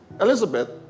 Elizabeth